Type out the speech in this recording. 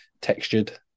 textured